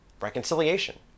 reconciliation